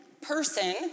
person